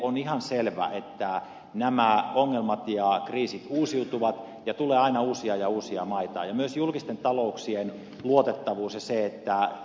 on ihan selvä että muuten nämä ongelmat ja kriisit uusiutuvat ja tulee aina uusia ja uusia maita ja myös julkisten talouksien luotettavuus heikkenee